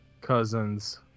cousins